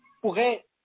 pourrait